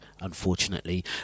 unfortunately